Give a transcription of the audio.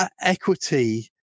equity